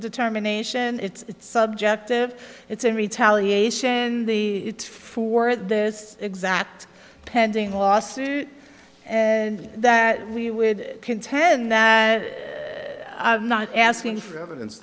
determination it's subjective it's in retaliation the for this exact pending lawsuit and that we would contend that i'm not asking for evidence